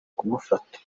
kumufata